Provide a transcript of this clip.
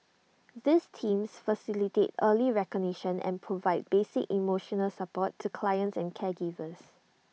these teams facilitate early recognition and provide basic emotional support to clients and caregivers